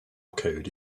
code